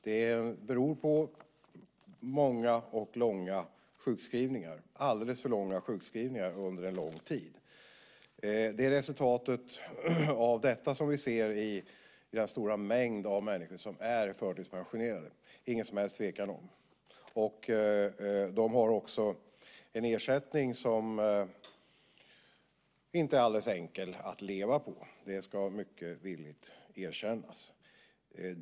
Det beror på många och långa sjukskrivningar - alldeles för långa sjukskrivningar under lång tid. Det är resultatet av detta som vi ser i den stora mängd människor som är förtidspensionerade; det är det ingen som helst tvekan om. De har också en ersättning som inte är alldeles enkel att leva på; det ska mycket villigt erkännas.